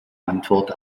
antwort